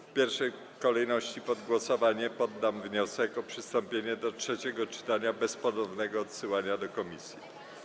W pierwszej kolejności pod głosowanie poddam wniosek o przystąpienie do trzeciego czytania bez ponownego odsyłania do komisji.